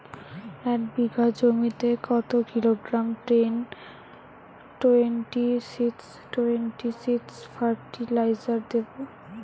এক বিঘা জমিতে কত kilogram ten twenty six twenty six fertiliser দেবো?